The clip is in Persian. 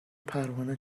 پروانه